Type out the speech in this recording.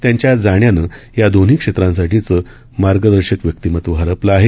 त्यांच्या जाण्यानं या दोन्ही क्षेत्रासाठींचं मार्गदर्शक व्यक्तिमत्व हरपलं आहे